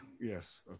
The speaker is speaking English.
Yes